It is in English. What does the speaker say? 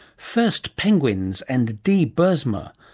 first penguins and dee boersma,